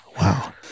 Wow